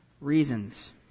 reasons